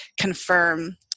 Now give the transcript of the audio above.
confirm